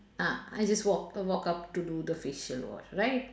ah I just walk uh walk up to do the facial wash right